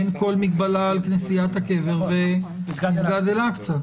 אין כל מגבלה על כנסיית הקבר ומסגד אל אקצה.